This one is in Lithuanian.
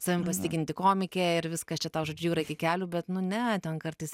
savim pasitikinti komikė ir viskas čia tau žodžiu yra iki kelių bet nu ne ten kartais